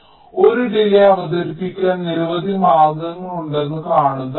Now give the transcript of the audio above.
അതിനാൽ ഒരു ഡിലേയ് അവതരിപ്പിക്കാൻ നിരവധി മാർഗങ്ങളുണ്ടെന്ന് കാണുക